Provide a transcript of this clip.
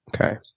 Okay